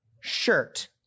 shirt